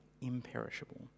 imperishable